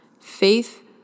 faith